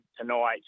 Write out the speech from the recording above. tonight